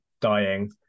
dying